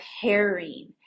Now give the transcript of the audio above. pairing